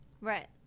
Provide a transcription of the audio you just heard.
Right